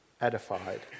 edified